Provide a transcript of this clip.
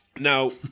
Now